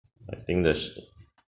I think that's